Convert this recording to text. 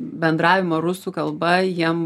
bendravimą rusų kalba jiem